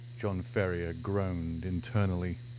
john ferrier groaned internally.